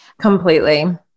completely